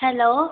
hello